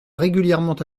régulièrement